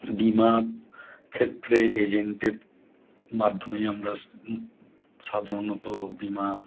বিমা ক্ষেত্রে এজেন্টের মাধ্যমেই আমরা সাধারণত বিমা